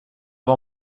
var